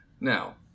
Now